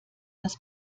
das